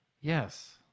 Yes